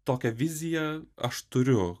tokią viziją aš turiu